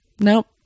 Nope